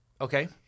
okay